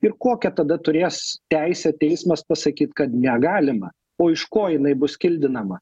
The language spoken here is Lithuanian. ir kokią tada turės teisę teismas pasakyt kad negalima o iš ko jinai bus kildinama